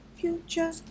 future